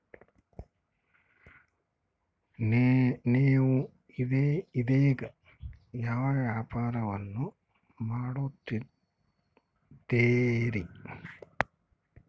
ನೇವು ಇದೇಗ ಯಾವ ವ್ಯಾಪಾರವನ್ನು ಮಾಡುತ್ತಿದ್ದೇರಿ?